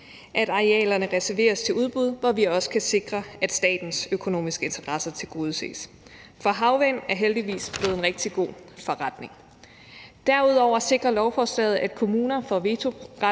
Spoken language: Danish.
at arealerne reserveres til udbud, hvor vi også kan sikre, at statens økonomiske interesser tilgodeses. For havvind er heldigvis blevet en rigtig god forretning. Derudover sikrer lovforslaget, at kommuner får vetoret